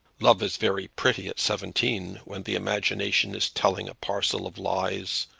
love is very pretty at seventeen, when the imagination is telling a parcel of lies,